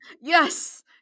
Yes